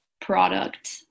product